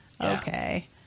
Okay